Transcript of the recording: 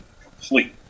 complete